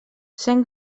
cent